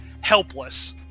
helpless